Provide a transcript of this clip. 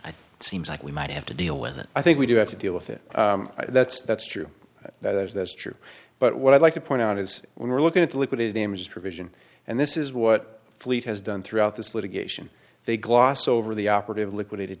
think it seems like we might have to deal with it i think we do have to deal with it that's that's true that's true but what i'd like to point out is when we're looking at liquidated damages provision and this is what fleet has done throughout this litigation they gloss over the operative liquidated